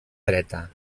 dreta